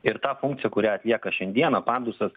ir ta funkcija kurią atlieka šiandieną pandusas